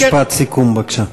משפט סיכום, בבקשה.